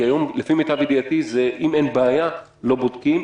כי היום לפי מיטב ידיעתי אם אין בעיה לא בודקים.